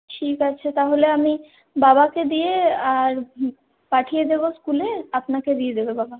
ঠিক আছে তাহলে আমি বাবাকে দিয়ে আর পাঠিয়ে দেবো স্কুলে আপনাকে দিয়ে দেবে বাবা